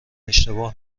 اشتباه